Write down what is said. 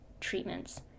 treatments